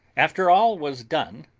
after all was done,